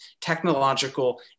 technological